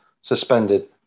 suspended